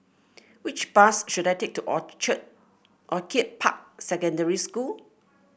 which bus should I take to Orchar Orchid Park Secondary School